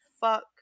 fuck